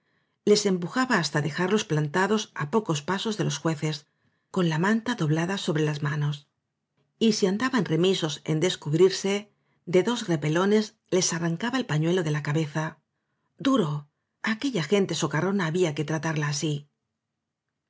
les empujaba hasta dejarlos plantados á pocos pasos de los jueces con la manta doblada sobre las manos y si andaban remisos en descubrirse de dos repelones les arrancaba el pañuelo de la cabeza duro á aquella gente socarrona había que tratarla así